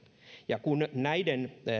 ja kun näiden